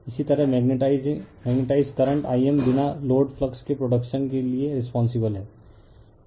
इसी तरह magnetize current I m बिना लोड फ्लक्स के प्रोडक्शन के लिए रिस्पोंसिबल हैं